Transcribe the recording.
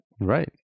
Right